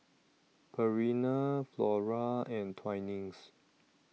Purina Flora and Twinings